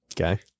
Okay